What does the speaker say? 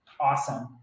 awesome